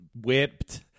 Whipped